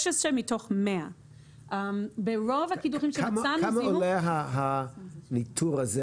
16 מתוך 100. כמה עולה הניטור הזה?